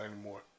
anymore